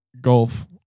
golf